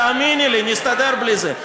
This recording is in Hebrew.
תאמיני לי, נסתדר בלי זה.